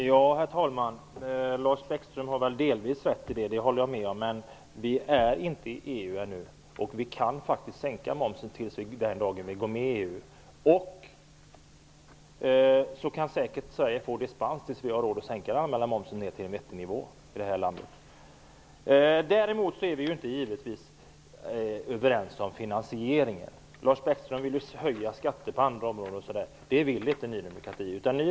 Herr talman! Lars Bäckström har delvis rätt. Det håller jag med om. Men vi är inte med i EU ännu. Vi kan faktiskt sänka momsen till den dag då vi går med i EU. Sverige kan också säkert få dispens tills vi har råd att sänka den allmänna momsen till en vettig nivå. Däremot är vi inte överens om finansieringen. Lars Bäckström vill höja skatten på andra områden. Det vill inte Ny demokrati.